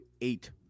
eight